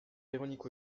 véronique